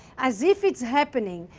as if it's happening,